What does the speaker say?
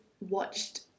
watched